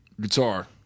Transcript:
Guitar